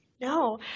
No